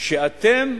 שאתם,